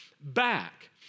back